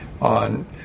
on